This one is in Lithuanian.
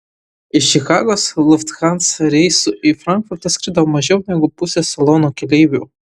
iš čikagos lufthansa reisu į frankfurtą skrido mažiau negu pusė salono keleivių